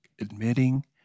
admitting